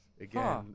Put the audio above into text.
again